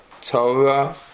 Torah